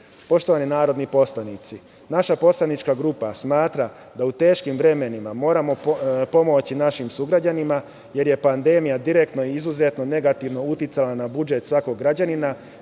dinara. Poštovani narodni poslanici, naša poslanička grupa smatra da u teškim vremenima moramo pomoći našim sugrađanima, jer je pandemija direktno i izuzetno negativno uticala na budžet svakog građanina.